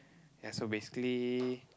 ya so basically